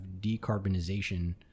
decarbonization